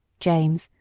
james,